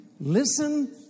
listen